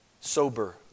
sober